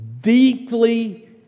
deeply